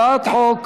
הצעת חוק